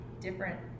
different